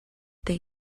they